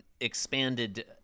expanded –